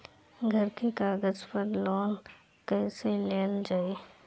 घर के कागज पर लोन कईसे लेल जाई?